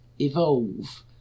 evolve